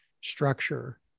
structure